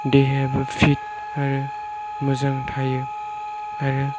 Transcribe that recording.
देहायाबो फिट आरो मोजां थायो आरो